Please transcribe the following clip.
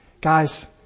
Guys